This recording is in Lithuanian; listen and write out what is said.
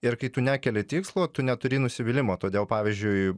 ir kai tu nekeli tikslo tu neturi nusivylimo todėl pavyzdžiui